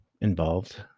involved